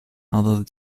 although